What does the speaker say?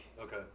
Okay